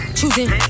Choosing